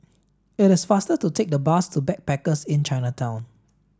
it is faster to take the bus to Backpackers Inn Chinatown